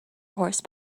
horse